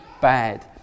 bad